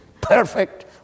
perfect